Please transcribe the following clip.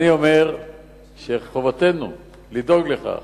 אני אומר שחובתנו לדאוג לכך